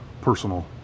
personal